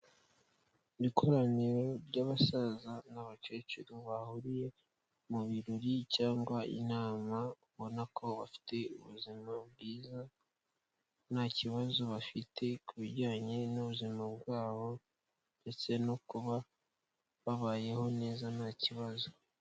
Ikoraniro ry'abasaza n'abakecuru, bahuriye mu birori cyangwa inama, ubona ko bafite ubuzima bwiza nta kibazo bafite ku bijyanye n'ubuzima bwabo ndetse no kuba babayeho neza nta kibazo.